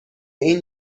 این